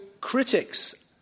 critics